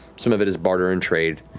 some of it is barter and trade.